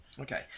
Okay